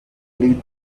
lee